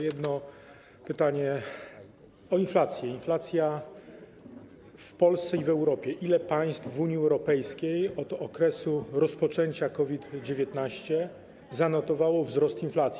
Jedno pytanie o inflację, w Polsce i w Europie: Ile państw w Unii Europejskiej od okresu rozpoczęcia COVID-19 zanotowało wzrost inflacji?